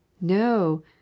No